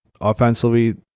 Offensively